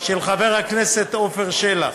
של חבר הכנסת עפר שלח.